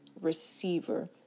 receiver